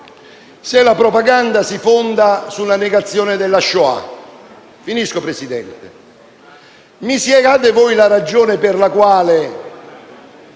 se la propaganda si fonda sulla negazione della Shoah. Mi spiegate voi la ragione per la quale,